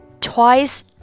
twice